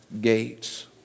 gates